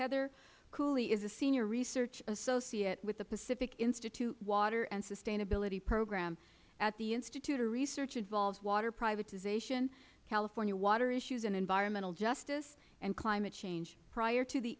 cooley is a senior research associate with the pacific institute water and sustainability program at the institute her research involves water privatization california water issues and environmental justice and climate change prior to the